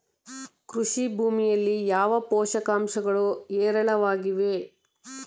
ಕೃಷಿ ಭೂಮಿಯಲ್ಲಿ ಯಾವ ಪೋಷಕಾಂಶಗಳು ಹೇರಳವಾಗಿವೆ?